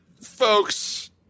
folks